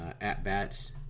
at-bats